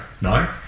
no